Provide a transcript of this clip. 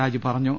രാജു പറഞ്ഞു